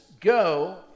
go